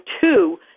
two